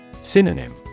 Synonym